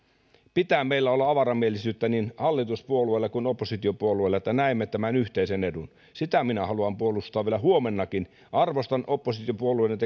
pitää meillä olla avaramielisyyttä niin hallituspuolueilla kuin oppositiopuolueilla että näemme tämän yhteisen edun sitä minä haluan puolustaa vielä huomennakin arvostan oppositiopuolueiden